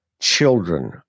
children